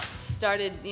started